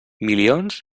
milions